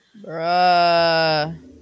Bruh